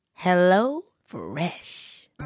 HelloFresh